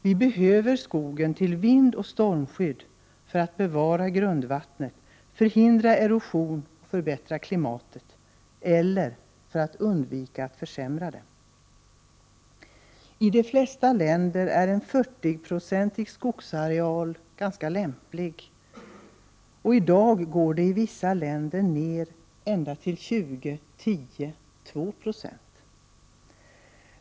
Vi behöver skogen till vindoch stormskydd, för att bevara grundvattnet, förhindra erosion och förbättra klimatet — eller för att undvika att försämra det. I de flesta länder är en 40-procentig skogsareal ganska lämplig, men i dag uppgår skogsarealen i vissa länder bara till 20, 10 eller 2 20.